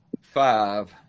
five